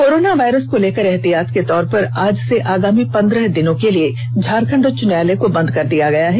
corona virus को लेकर एतिहात के तौर पर आज से आगामी पन्द्रह दिनों के लिए झारखंड उच्च न्यायालय को बंद कर दिया गया है